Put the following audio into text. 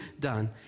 done